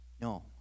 No